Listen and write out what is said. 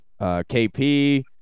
KP